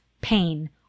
pain